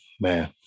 man